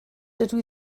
dydw